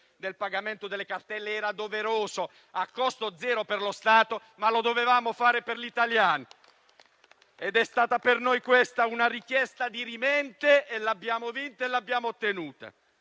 del pagamento delle cartelle era doveroso, a costo zero per lo Stato, ma lo dovevamo fare per gli italiani. È stata questa per noi una richiesta dirimente, che abbiamo vinto e ottenuto.